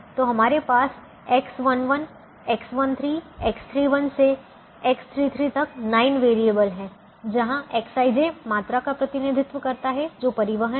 तो हमारे पास X11 X13 X31 से X33 तक 9 वेरिएबल हैं जहां Xij मात्रा का प्रतिनिधित्व करता है जो परिवहन है